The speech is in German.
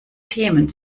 themen